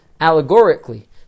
allegorically